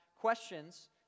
questions